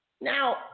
now